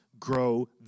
grow